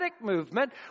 movement